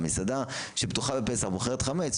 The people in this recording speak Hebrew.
מסעדה שפתוחה בפסח מוכרת חמץ,